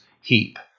heap